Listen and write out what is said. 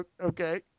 Okay